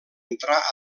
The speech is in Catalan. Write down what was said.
entrar